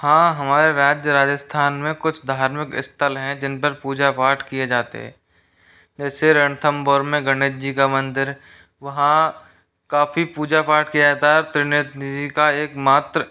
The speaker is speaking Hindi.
हाँ हमारे राज्य राजिस्थान में कुछ धार्मिक स्थल हैं जिन पर पूजा पाठ किए जाते जैसे रणथम्बोर में गणेश जी का मंदिर वहाँ काफ़ी पूजा पाठ किया जाता है त्रिनेत जी का एक मात्र